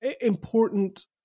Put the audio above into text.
important